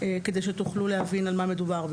כדי שתוכלו להבין על מה מדובר.